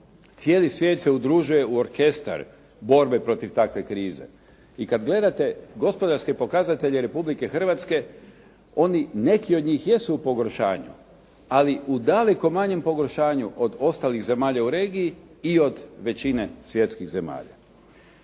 Cijeli svijet se udružuje u orkestar borbe protiv takve krize i kad gledate gospodarske pokazatelje Republike Hrvatske, oni neki od njih jesu u pogoršanju, ali u daleko manjem pogoršanju od ostalih zemalja u regiji i od većine svjetskih zemalja.